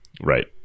right